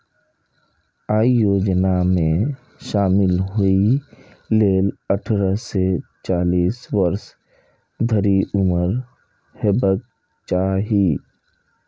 अय योजना मे शामिल होइ लेल अट्ठारह सं चालीस वर्ष धरि उम्र हेबाक चाही